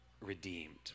redeemed